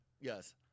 Yes